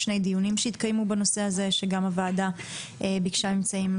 היו שני דיונים שהתקיימו בנושא הזה שגם הוועדה ביקשה ממצאים.